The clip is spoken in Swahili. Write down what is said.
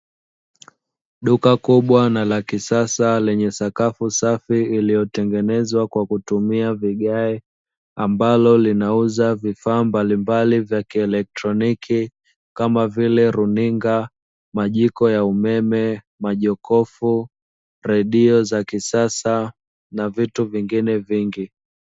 Duka kubwa na la kisasa lenye sakafu safi iliyotengenezwa kwa kutumia vigae, ambalo linauza vifaa mbalimbali vya kielektroniki kama vile: runinga, majiko ya umeme, majokofu, redio za kisasa na vitu vingine vingi.